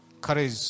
courage